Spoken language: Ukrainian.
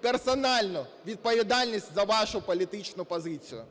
персональну відповідальність за вашу політичну позицію.